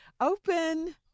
Open